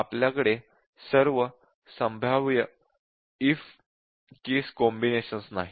आपल्याकडे सर्व संभाव्य "इफ केस" कॉम्बिनेशन्स नाहीत